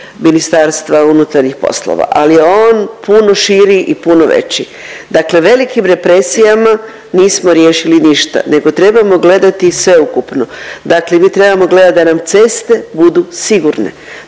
ingerenciji MUP-a, ali je ono puno širi i puno veći. Dakle, velikim represijama nismo riješili ništa nego trebamo gledati sveukupno, dakle mi trebamo gledat da nam ceste budu sigurne,